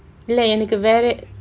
இல்ல எனக்கு வேற:illa enakku vera